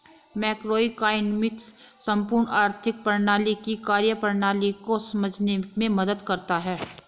macroeconomics संपूर्ण आर्थिक प्रणाली की कार्यप्रणाली को समझने में मदद करता है